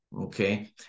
Okay